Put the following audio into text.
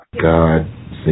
God